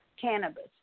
cannabis